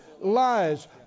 lies